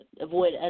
avoid